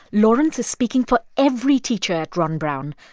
lawrence is speaking for every teacher at ron brown.